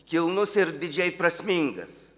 kilnus ir didžiai prasmingas